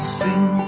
sing